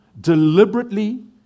Deliberately